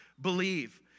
believe